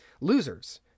losers